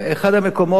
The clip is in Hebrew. אחד המקומות,